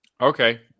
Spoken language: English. Okay